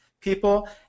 people